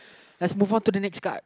lets move on to the next guard